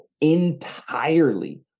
entirely